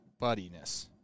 buddiness